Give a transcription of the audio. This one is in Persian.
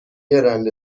رنده